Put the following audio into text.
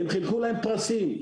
הם חילקו להם פרסים,